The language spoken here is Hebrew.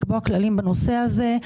לקבוע כללים בנושא הזה.